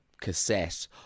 cassette